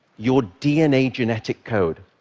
your dna genetic code.